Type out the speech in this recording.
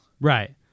Right